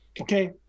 okay